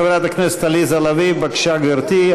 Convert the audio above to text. חברת הכנסת עליזה לביא, בבקשה, גברתי.